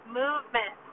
movement